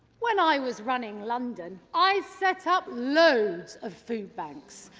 when i was running london, i set up loads of food banks.